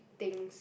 things